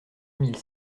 mille